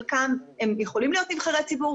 חלקם יכולים להיות נבחרי ציבור,